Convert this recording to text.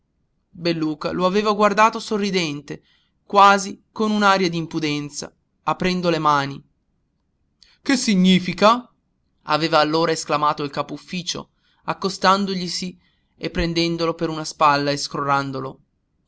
tutt'oggi belluca lo aveva guardato sorridente quasi con un'aria d'impudenza aprendo le mani che significa aveva allora esclamato il capo-ufficio accostandoglisi e prendendolo per una spalla e scrollandolo ohé